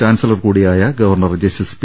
chancellor കൂടി യായ governor justice P